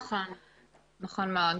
נכון מאוד.